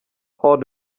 har